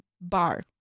bar